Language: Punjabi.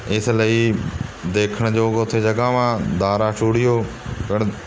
ਇਸ ਲਈ ਦੇਖਣਯੋਗ ਉੱਥੇ ਜਗ੍ਹਾਵਾਂ ਦਾਰਾ ਸਟੂਡੀਓ